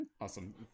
awesome